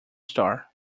star